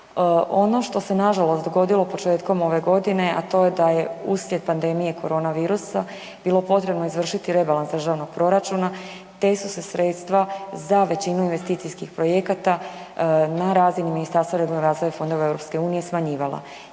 Ono što se nažalost dogodilo početkom ove godine, a to je da je uslijed pandemije korona virusa bilo potrebno izvršiti rebalans državnog proračuna te su se sredstva za većinu investicijskih projekata na razini Ministarstva regionalnog razvoja